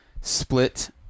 split